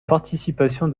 participation